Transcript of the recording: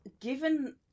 given